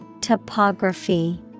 Topography